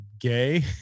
gay